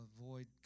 avoid